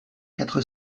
quatre